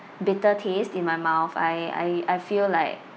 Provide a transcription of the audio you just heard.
bitter taste in my mouth I I I feel like